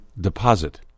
deposit